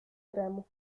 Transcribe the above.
tramo